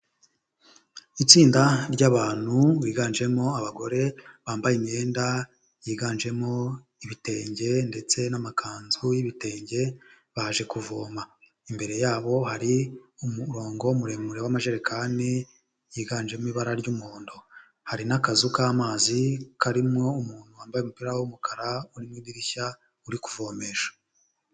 Itsinda ry'abantu biganjemo abagore bambaye imyenda yiganjemo ibitenge ndetse n'amakanzu y'ibitenge baje kuvoma, imbere yabo hari umurongo muremure w'amajerekani yiganjemo ibara ry'umuhondo, hari n'akazu k'amazi karimo umuntu wambaye umupira w'umukara uri mu idirishya, uri kuvomesha.